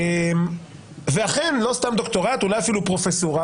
בעצם אולי אפילו פרופסורה,